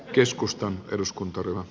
arvoisa puhemies